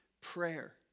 prayer